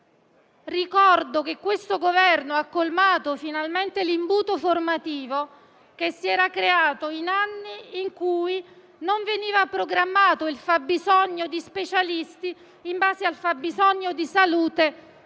Ricordo che il Governo ha colmato finalmente l'imbuto formativo che si era creato negli anni in cui non veniva programmata la necessità di specialisti in base al fabbisogno di salute